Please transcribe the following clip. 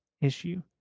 issue